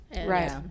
Right